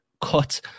Cut